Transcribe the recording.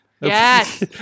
yes